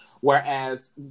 Whereas